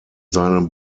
seinem